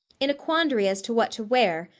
in a quandary as to what to wear,